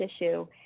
issue